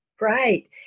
Right